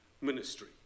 ministry